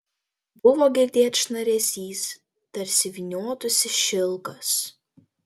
buvo girdėt šnaresys tarsi vyniotųsi šilkas